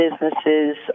businesses